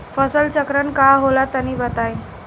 फसल चक्रण का होला तनि बताई?